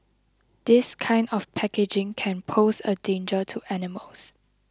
this kind of packaging can pose a danger to animals